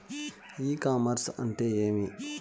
ఇ commerce అంటే ఏమి?